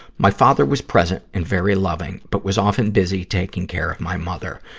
my father was present and very loving, but was often busy taking care of my mother.